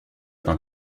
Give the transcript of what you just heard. d’un